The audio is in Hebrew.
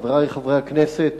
חברי חברי הכנסת,